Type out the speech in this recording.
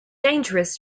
dangerous